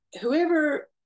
whoever